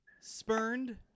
spurned